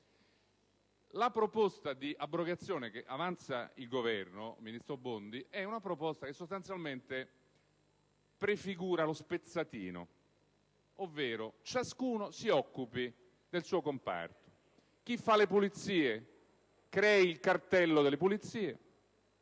La proposta di abrogazione che avanza il Governo, ministro Bondi, sostanzialmente prefigura lo "spezzatino" ovvero che ciascuno si debba occupare del suo comparto. Chi fa le pulizie crei il cartello delle pulizie,